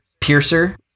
piercer